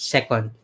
Second